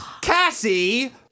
Cassie